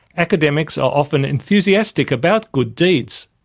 academics are often enthusiastic about good deeds.